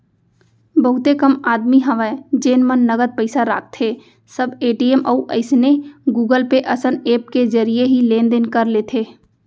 बहुते कम आदमी हवय जेन मन नगद पइसा राखथें सब ए.टी.एम अउ अइसने गुगल पे असन ऐप के जरिए ही लेन देन कर लेथे